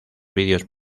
videos